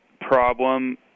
problem